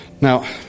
Now